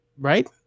Right